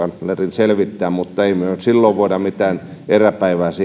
selvittää mutta emme me silloin voi mitään eräpäivää siihen laittaa jos taannehtivasti lähdetään toisen ihmisen